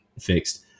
fixed